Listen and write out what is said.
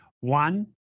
one